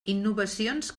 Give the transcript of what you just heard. innovacions